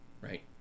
right